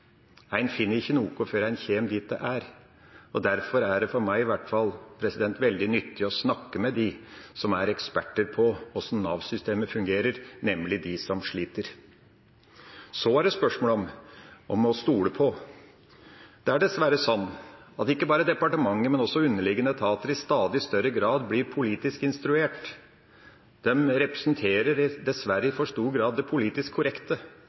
Derfor er det – for meg i hvert fall – veldig nyttig å snakke med dem som er eksperter på hvordan Nav-systemet fungerer, nemlig de som sliter. Så er det spørsmål om å stole på. Det er dessverre sånn at ikke bare departementet, men også underliggende etater, i stadig større grad blir politisk instruert. De representerer dessverre i for stor grad det politisk korrekte.